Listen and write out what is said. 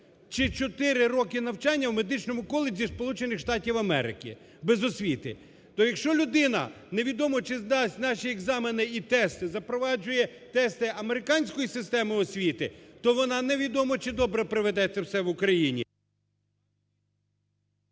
чи 4 роки навчання в медичному коледжі Сполучених Штатів Америки, без освіти? То якщо людина невідомо, чи здасть наші екзамени і тести, запроваджує тести американської системи освіти, то вона невідомо, чи добре проведе те все в Україні.